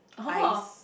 eyes